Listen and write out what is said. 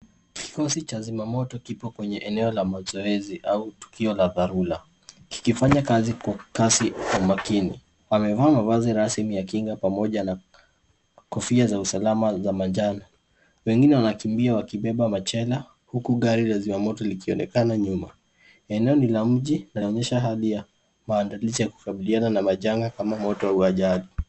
Kikosi cha zimamoto kipo kwenye eneo la mazoezi au tukio la dharura kikifanya kazi kwa kasi kwa makini. Wamevaa mavazi rasmi ya kinga pamoja na kofia za usalama za manjano. Wengine wanakimbia wakibeba machela huku gari la zima moto likionekana nyuma. Eneo ni la mji linaonyesha hadi maandalizi ya kukabiliana na majanga kama moto au ajali.